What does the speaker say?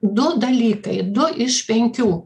du dalykai du iš penkių